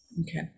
Okay